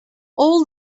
all